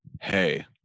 hey